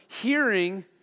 Hearing